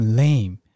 lame